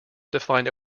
define